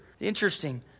Interesting